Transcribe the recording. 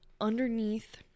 underneath